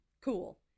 Cool